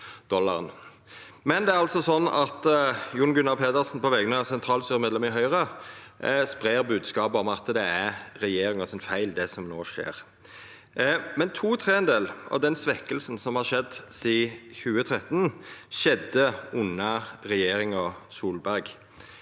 Det er altså slik at Jon Gunnar Pedersen på vegner av sentralstyremedlemer i Høgre spreier bodskapet om at det er regjeringa sin feil, det som no skjer. To tredjedelar av den svekkinga som har skjedd sidan 2013, skjedde under regjeringa Solberg.